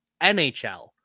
NHL